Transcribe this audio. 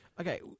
Okay